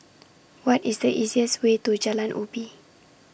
What IS The easiest Way to Jalan Ubi